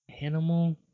animal